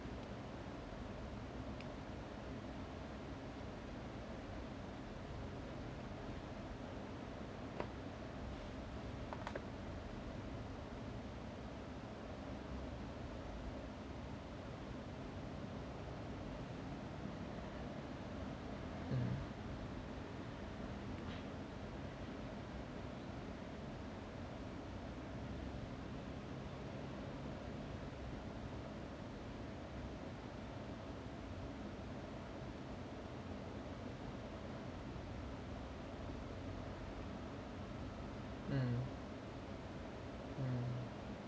mm mm mm